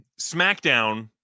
SmackDown